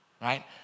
right